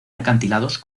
acantilados